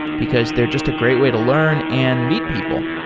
because they're just a great way to learn and meet people.